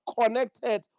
connected